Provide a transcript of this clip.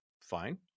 fine